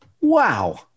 Wow